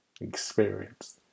experience